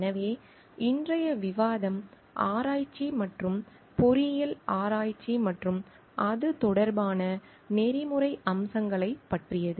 எனவே இன்றைய விவாதம் ஆராய்ச்சி மற்றும் பொறியியல் ஆராய்ச்சி மற்றும் அது தொடர்பான நெறிமுறை அம்சங்களைப் பற்றியது